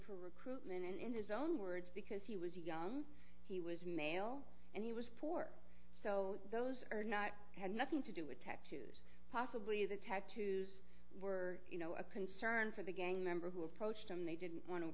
for recruitment and in his own words because he was young he was male and he was poor so those are not had nothing to do with tattoos possibly the tattoos were you know a concern for the gang member who approached him they didn't want to